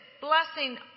blessing